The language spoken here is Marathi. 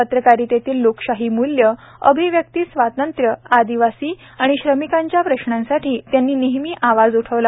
पत्रकारितेतील लोकशाही मूल्य अभिव्यक्ती स्वातंत्र्य आदिवासी आणि श्रमिकांच्या प्रश्नांसाठी त्यांनी नेहमी आवाज उठवला